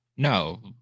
No